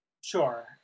sure